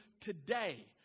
today